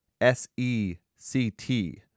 S-E-C-T